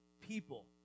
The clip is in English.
people